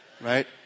right